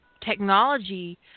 technology